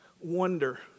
wonder